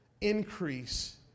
increase